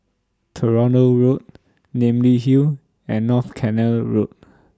Toronto Road Namly Hill and North Canal Road